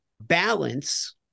balance